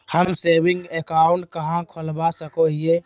हम saving account कहाँ खोलवा सको हियै?